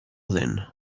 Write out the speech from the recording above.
then